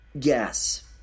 Yes